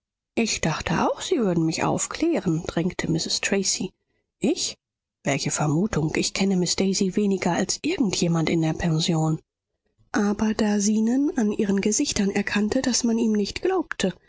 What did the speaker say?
ich dachte auch sie würden mich aufklären drängte mrs tracy ich welche vermutung ich kenne miß daisy weniger als irgend jemand in der pension aber da zenon an ihren gesichtern erkannte daß man ihm nicht glaubte